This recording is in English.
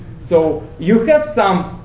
so you have some